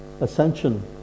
ascension